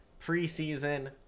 preseason